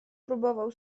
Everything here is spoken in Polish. próbował